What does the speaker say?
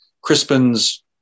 Crispin's